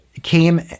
came